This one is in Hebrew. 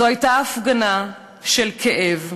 זו הייתה הפגנה של כאב,